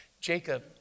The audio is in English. Jacob